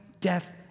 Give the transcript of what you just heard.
death